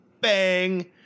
bang